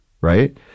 right